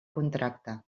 contracte